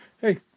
hey